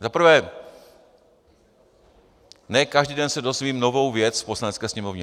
Zaprvé ne každý den se dozvím novou věc v Poslanecké sněmovně.